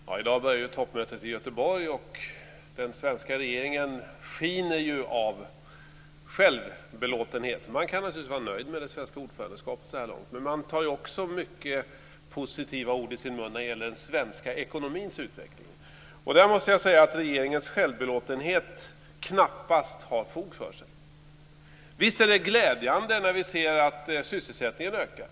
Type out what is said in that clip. Herr talman! I dag börjar toppmötet i Göteborg, och den svenska regeringen skiner av självbelåtenhet. Den kan naturligtvis vara nöjd med det svenska ordförandeskapet så här långt. Men den tar också många positiva ord i sin mun när det gäller den svenska ekonomins utveckling. Där måste jag säga att regeringens självbelåtenhet knappast har fog för sig. Visst är det glädjande när vi ser att sysselsättningen ökar.